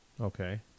Okay